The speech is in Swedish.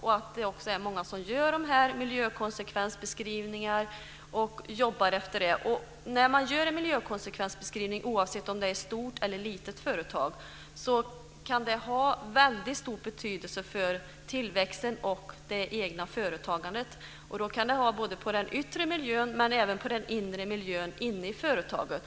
Det är också många som gör de här miljökonsekvensbeskrivningarna och jobbar efter dem. När man gör en miljökonsekvensbeskrivning, oavsett om det är i ett stort eller ett litet företag, kan det ha väldigt stor betydelse för tillväxten och det egna företagandet. Det kan ha det både på den yttre miljön och på den inre miljön inne i företaget.